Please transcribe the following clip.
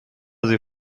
sie